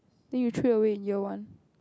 then you threw away in year one